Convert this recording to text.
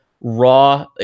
raw